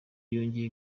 yongeye